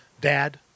Dad